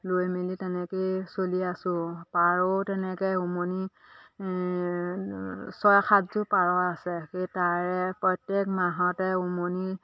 লৈ মেলি তেনেকৈয়ে চলি আছোঁ পাৰও তেনেকৈ উমনি ছয় সাতযোৰ পাৰ আছে সেই তাৰে প্ৰত্যেক মাহতে উমনি